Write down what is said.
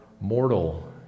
mortal